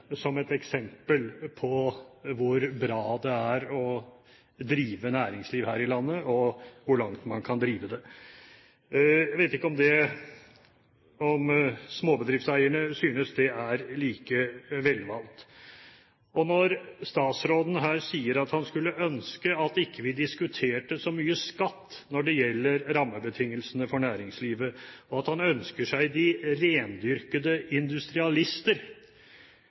som et eksempel på hvor bra det er å drive næringsliv her i landet, og hvor langt man kan drive det. Jeg vet ikke om småbedriftseierne synes det er like velvalgt. Når statsråden her sier at han skulle ønske at vi ikke diskuterte så mye skatt når det gjelder rammebetingelsene for næringslivet, og at han ønsker seg de rendyrkede industrialister,